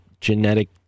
genetic